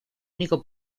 único